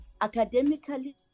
Academically